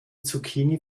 zucchini